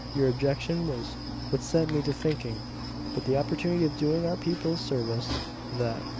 your objection was what set me to thinking but the opportunity of doing our people a service that,